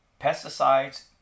Pesticides